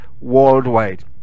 worldwide